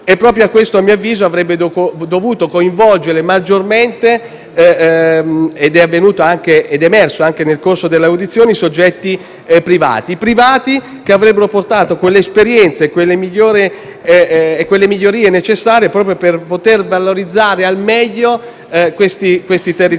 Proprio per questo - a mio avviso - avrebbe dovuto coinvolgere maggiormente - ed è emerso anche nel corso delle audizioni - i soggetti privati che avrebbero portato quelle esperienze e quelle migliorie necessarie per poter valorizzare al meglio i territori